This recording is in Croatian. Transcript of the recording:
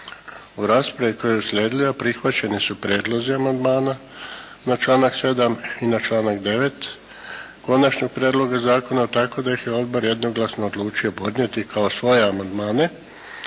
U raspravi koja je uslijedila prihvaćeni su prijedlozi amandmana na članak 7. i 9. Konačnog prijedloga zakona tako da ih je Odbor jednoglasno odlučio podnijeti kao svoje amandmane